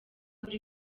kuri